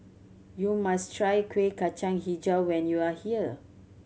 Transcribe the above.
you must try Kuih Kacang Hijau when you are here